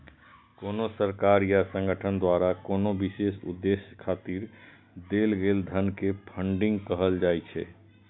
कोनो सरकार या संगठन द्वारा कोनो विशेष उद्देश्य खातिर देल गेल धन कें फंडिंग कहल जाइ छै